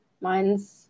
Mine's